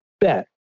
bet